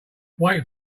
wait